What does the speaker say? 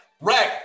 Rack